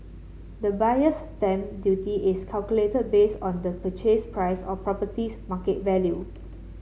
the Buyer's Stamp Duty is calculated based on the purchase price or property's market value